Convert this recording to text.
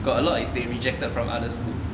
got a lot is they rejected from other school